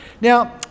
now